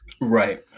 Right